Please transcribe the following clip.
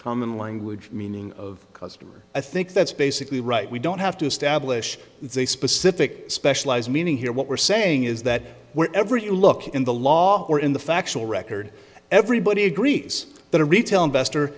common language meaning of customer i think that's basically right we don't have to establish a specific specialized meaning here what we're saying is that wherever you look in the law or in the factual record everybody agrees that a retail investor